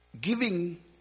giving